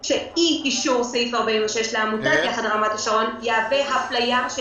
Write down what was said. אישור סעיף 46 לעמותת יחד רמת השרון יהווה אפליה של